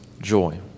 joy